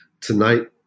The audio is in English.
Tonight